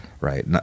right